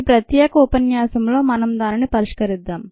ఈ ప్రత్యేక ఉపన్యాసంలో మనం దీనిని పరిష్కరిద్దాం